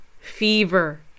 fever